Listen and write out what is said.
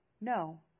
No